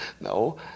No